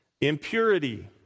impurity